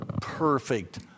perfect